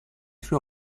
sue